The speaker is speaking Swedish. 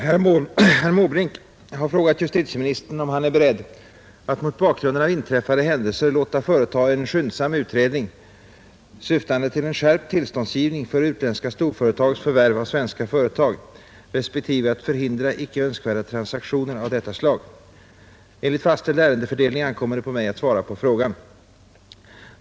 Herr talman! Herr Måbrink har frågat justitieministern om han är beredd att mot bakgrunden av inträffade händelser låta företa en skyndsam utredning syftande till en skärpt tillståndsgivning för utländska storföretags förvärv av svenska företag respektive att förhindra icke önskvärda transaktioner av detta slag. Enligt fastställd ärendefördelning ankommer det på mig att svara på frågan.